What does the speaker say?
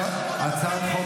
הצעת חוק